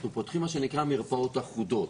אנחנו פותחים מה שנקרא מרפאות אחודות.